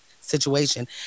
situation